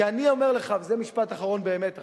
כי אני אומר לך, וזה המשפט האחרון באמת עכשיו: